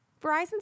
Verizon